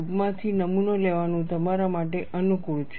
ટ્યુબમાંથી નમૂનો લેવાનું તમારા માટે અનુકૂળ છે